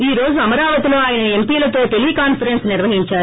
ఈ రోజు అమరావతిలో ఆయన ఎంపీలతో టెలీ కాన్సరెస్స్ నిర్వహించారు